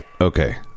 Okay